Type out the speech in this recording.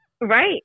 Right